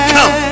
Come